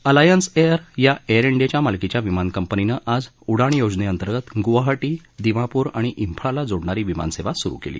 alliance air या air डियाच्या मालकीच्या विमान कंपनीनं आज उडाण योजने अंतर्गत गुवाहाटी दिमापूर आणि फाळला जोडणारी विमानसेवा सुरू केली